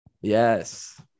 Yes